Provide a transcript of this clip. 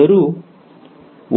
ಆದರೂ